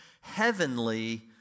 heavenly